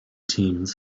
teams